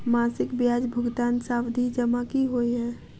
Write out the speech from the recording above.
मासिक ब्याज भुगतान सावधि जमा की होइ है?